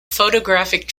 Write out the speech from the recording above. photographic